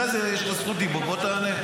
אחרי זה יש לך זכות דיבור, בוא תענה.